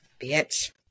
bitch